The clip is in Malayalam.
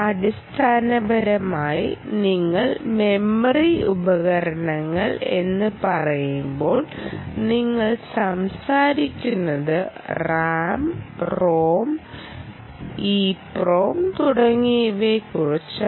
അടിസ്ഥാനപരമായി നിങ്ങൾ മെമ്മറി ഉപകരണങ്ങൾ എന്ന് പറയുമ്പോൾ നിങ്ങൾ സംസാരിക്കുന്നത് റാം റോം ഇപ്രോം തുടങ്ങിയവയെക്കുറിച്ചാണ്